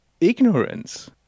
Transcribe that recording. ignorance